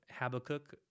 Habakkuk